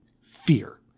Fear